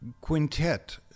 quintet